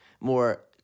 more